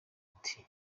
ati